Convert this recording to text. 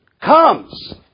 comes